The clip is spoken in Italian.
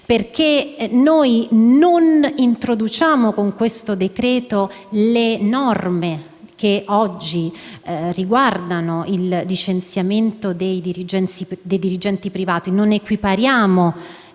perché con questo decreto non introduciamo le norme che oggi riguardano il licenziamento dei dirigenti privati, non equipariamo